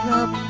up